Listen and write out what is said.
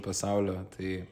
pasaulio tai